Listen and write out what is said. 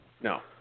No